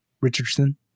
Richardson